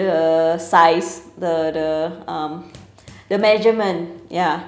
the size the the um the measurement ya